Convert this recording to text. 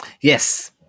Yes